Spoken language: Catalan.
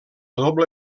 doble